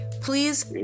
Please